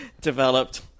developed